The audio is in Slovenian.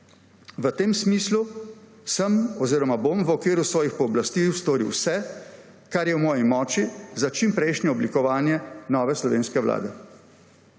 V tem smislu bom v okviru svojih pooblastil storil vse, kar je v moji moči, za čimprejšnje oblikovanje nove slovenske vlade.